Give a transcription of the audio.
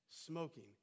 Smoking